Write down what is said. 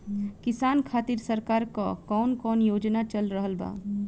किसान खातिर सरकार क कवन कवन योजना चल रहल बा?